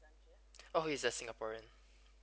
oh he's a singaporean